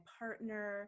partner